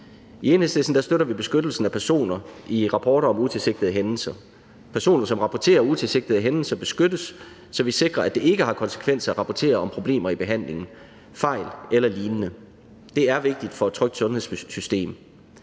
I Enhedslisten støtter vi beskyttelsen af personer i rapporter om utilsigtede hændelser. Personer, som rapporterer utilsigtede hændelser, beskyttes, så vi sikrer, at det ikke har konsekvenser at rapportere om problemer i behandlingen, fejl eller lignende. Det er vigtigt for et trygt sundhedssystem.